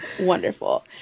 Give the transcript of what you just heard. Wonderful